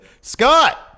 Scott